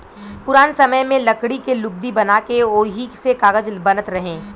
पुरान समय में लकड़ी के लुगदी बना के ओही से कागज बनत रहे